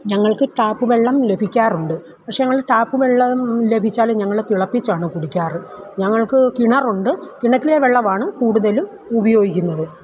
ഞങ്ങൾക്ക് ട്ടാപ്പ് വെള്ളം ലഭിക്കാറുണ്ട് പക്ഷേ ഞങ്ങൾ ട്ടാപ്പ് വെള്ളം ലഭിച്ചാലും ഞങ്ങൾ തിളപ്പിച്ചാണ് കുടിക്കാറ് ഞങ്ങൾക്ക് കിണറുണ്ട് കിണറ്റിലെ വെള്ളമാണ് കൂടുതലും ഉപയോഗിക്കുന്നത്